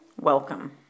Welcome